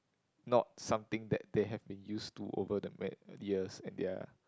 not something that they have been used to over the ma~ years and their